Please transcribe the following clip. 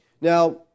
Now